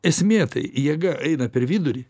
esmė tai jėga eina per vidurį